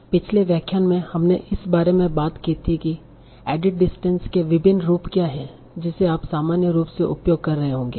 इसलिए पिछले व्याख्यान में हमने इस बारे में बात की थी कि एडिट डिस्टेंस के विभिन्न रूप क्या हैं जिसे आप सामान्य रूप से उपयोग कर रहे होंगे